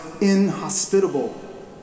inhospitable